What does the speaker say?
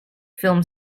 film